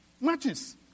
matches